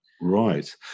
right